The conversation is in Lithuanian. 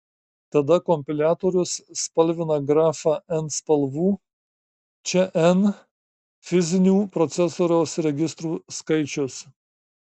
tada kompiliatorius spalvina grafą n spalvų čia n fizinių procesoriaus registrų skaičius